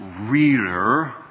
reader